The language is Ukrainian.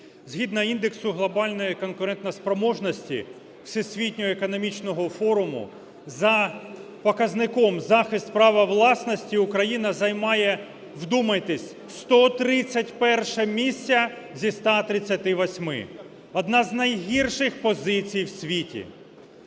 Згідно індексу глобальної конкурентоспроможності Всесвітнього економічного форуму за показником захист права власності Україна займає, вдумайтесь, 131 місце зі 138-ми. Одна з найгірших позицій в світі.